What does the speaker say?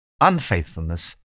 Unfaithfulness